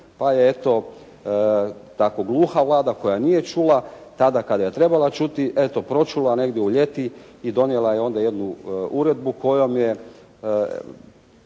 pa je, eto tako gluha Vlada koja nije čula tada kada je trebala čuti, eto pročula negdje u ljeti i donijela je onda jednu uredbu kojom je